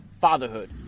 FATHERHOOD